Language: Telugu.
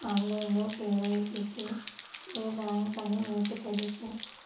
ఆన్లైన్ కే.వై.సి కి ఏ బ్యాంక్ అని మీకు తెలుసా?